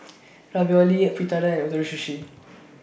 Ravioli Fritada and Ootoro Sushi